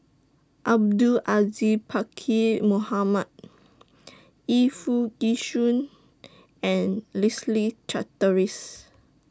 Abdul Aziz Pakkeer Mohamed Yu Foo Yee Shoon and Leslie Charteris